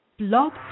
blog